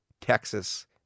Texas